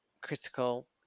critical